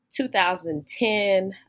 2010